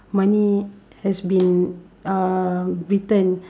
money has been uh returned